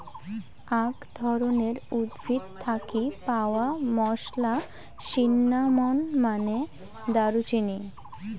আক ধরণের উদ্ভিদ থাকি পাওয়া মশলা, সিন্নামন মানে দারুচিনি